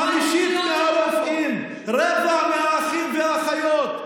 כשמיטב הבנים והבנות של החברה הערבית,